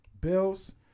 Bills